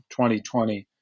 2020